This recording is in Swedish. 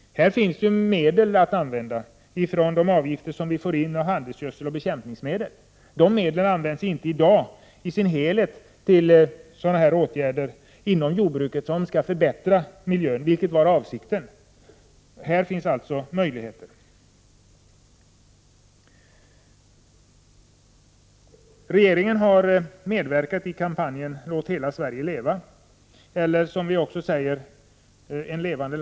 För detta ändamål kan man använda de medel som har tagits ut på handelsgödsel och bekämpningsmedel. Dessa medel används i dag inte i sin helhet till åtgärder som skall förbättra miljön, vilket var avsikten. Regeringen har medverkat i kampanjen ”Låt hela Sverige leva” eller ”En levande landsbygd”, som den också kallas.